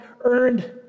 earned